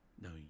No